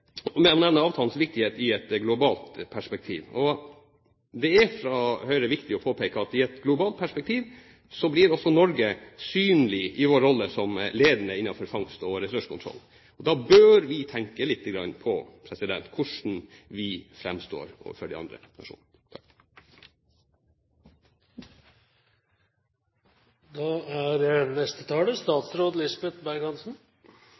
åpnet med å nevne avtalens viktighet i et globalt perspektiv. Det er fra Høyres side viktig å påpeke at i et globalt perspektiv blir også Norge synlig i vår rolle som ledende innenfor fangst- og ressurskontroll, og da bør vi tenke litt på hvordan vi framstår overfor de andre nasjonene.